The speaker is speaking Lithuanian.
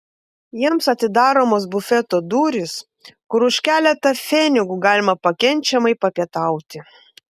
jiems atidaromos bufeto durys kur už keletą pfenigų galima pakenčiamai papietauti